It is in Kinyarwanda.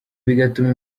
bigatuma